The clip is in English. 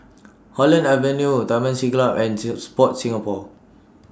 Holland Avenue Taman Siglap and till Sport Singapore